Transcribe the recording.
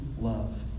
love